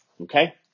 Okay